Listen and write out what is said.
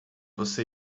você